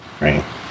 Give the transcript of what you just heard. Right